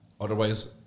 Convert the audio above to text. Otherwise